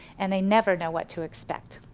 and they never know what to expect.